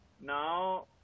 Now